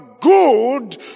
good